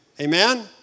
Amen